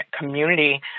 community